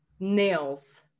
nails